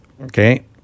Okay